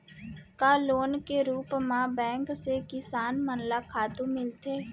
का लोन के रूप मा बैंक से किसान मन ला खातू मिलथे?